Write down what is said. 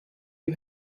you